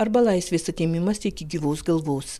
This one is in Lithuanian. arba laisvės atėmimas iki gyvos galvos